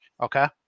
Okay